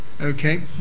Okay